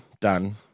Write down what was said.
Done